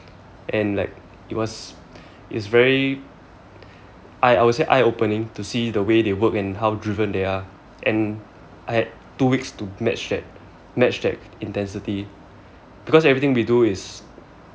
and like it was it's very I I would say eye opening to see the way they work and how driven they are and I had two weeks to match that match that intensity because everything we do is